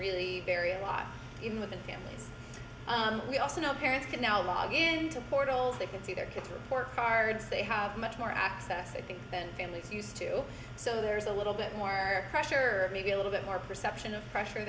really very alive in the family we also know parents can now log into portals they can see their kids report cards they have much more access i think than families used to so there's a little bit more pressure maybe a little bit more perception of pressure